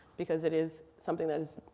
because it is something that is